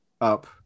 up